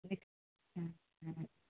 हँ